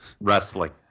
Wrestling